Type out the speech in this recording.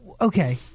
okay